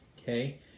Okay